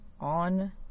on